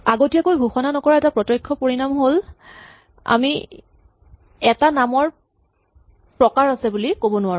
আগতীয়াকৈ ঘোষণা নকৰাৰ এটা প্ৰত্যক্ষ পৰিনাম হ'ল আমি এটা নামৰ এটা প্ৰকাৰ আছে বুলি ক'ব নোৱাৰো